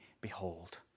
behold